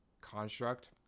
construct